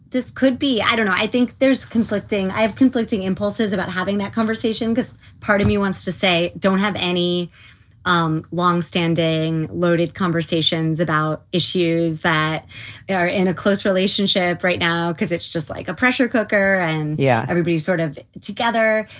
this could be i don't know, i think there's conflicting i have conflicting impulses about having that conversation because part of me wants to say don't have any um longstanding loaded conversations about issues that are in a close relationship right now cause it's just like a pressure cooker. and, yeah, everybody sort of together.